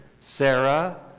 Sarah